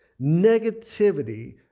Negativity